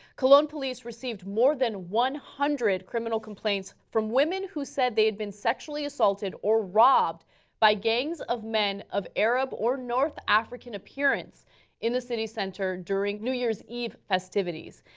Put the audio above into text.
cologne police received more than one hundred criminal complaints from women who said they had been sexually assaulted or robbed by gangs of men of arabic or african appearance in the city center during new year's eve festivities.